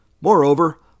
Moreover